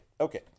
Okay